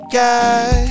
guy